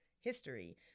history